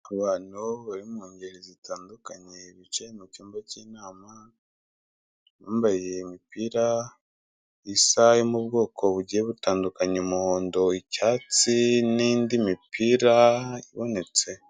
Abantu bari mu ngeri zitandukanye, bicaye mu cyumba cy'inama, abambaye imipira isa yo mu bwoko bugiye butandukanya umuhondo, icyatsi n'indi mipira ibonetse.